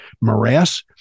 morass